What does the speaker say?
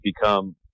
become